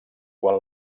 quan